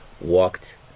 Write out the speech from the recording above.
walked